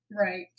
Right